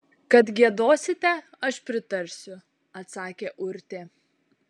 kad giedosite aš pritarsiu atsakė urtė